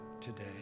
today